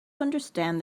understand